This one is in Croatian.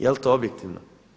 Jel to objektivno?